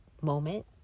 moment